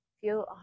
feel